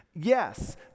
Yes